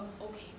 okay